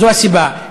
זו הסיבה,